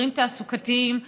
מחירים תעסוקתיים,